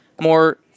more